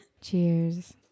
Cheers